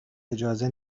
اجازه